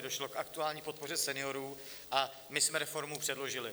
Došlo k aktuální podpoře seniorů a my jsme reformu předložili.